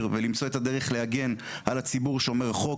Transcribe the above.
ולמצוא את הדרך להגן על ציבור שומר החוק.